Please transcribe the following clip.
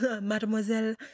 mademoiselle